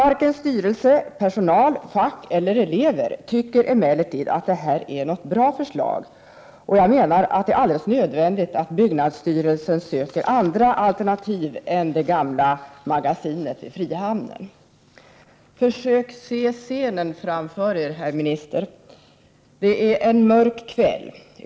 Varken styrelse, personal, fack eller elever tycker emellertid att det är ett bra förslag, och det är enligt min mening alldeles nödvändigt att byggnadsstyrelsen söker andra alternativ än det gamla magasinet i frihamnen. Försök se scenen framför er, herr minister. Det är en mörk kväll.